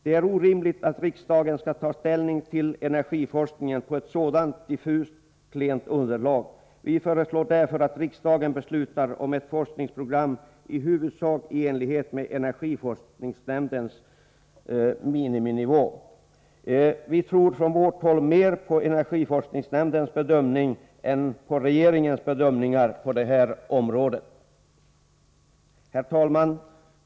Det är orimligt att riksdagen skall ta ställning till energiforskningen på ett sådant diffust och klent underlag. Vi föreslår därför att riksdagen beslutar om ett forskningsprogram i huvudsak i enlighet med energiforskningsnämndens miniminivå. Vi tror på vårt håll mer på energiforskningsnämndens bedömning än på regeringens bedömningar på detta område. Herr talman!